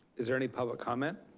is there any public comment?